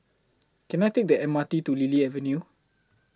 Can I Take The M R T to Lily Avenue